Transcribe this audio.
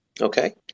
Okay